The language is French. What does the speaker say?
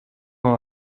dans